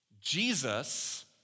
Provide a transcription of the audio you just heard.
Jesus